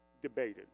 debated